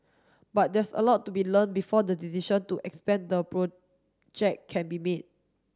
but there's a lot to be learnt before the decision to expand the project can be made